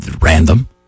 random